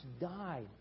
died